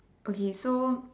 okay so